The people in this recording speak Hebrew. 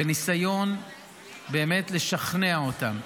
בניסיון באמת לשכנע אותם,